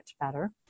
better